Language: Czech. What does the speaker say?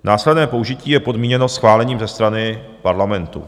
Následné použití je podmíněno schválením ze strany parlamentu.